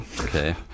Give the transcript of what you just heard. okay